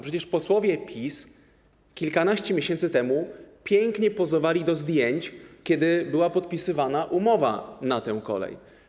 Przecież posłowie PiS kilkanaście miesięcy temu pięknie pozowali do zdjęć, kiedy była podpisywana umowa na tę kolej.